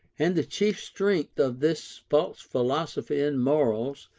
and the chief strength of this false philosophy in morals,